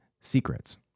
secrets